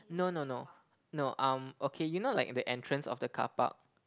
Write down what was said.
no no no no um okay you know like the entrance of the car park